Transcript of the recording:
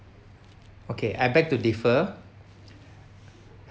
okay I beg to differ